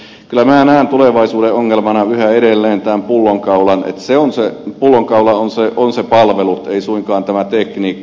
mutta kyllä minä näen tulevaisuuden ongelmana yhä edelleen tämän että se pullonkaula on ne palvelut ei suinkaan tämä tekniikka